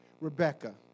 Rebecca